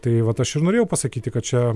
tai vat aš ir norėjau pasakyti kad čia